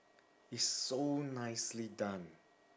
it's so nicely done